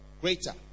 greater